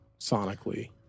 sonically